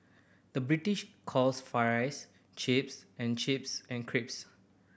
the British calls fries chips and chips and crisps